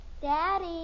Daddy